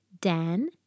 Dan